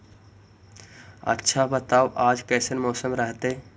आच्छा बताब आज कैसन मौसम रहतैय?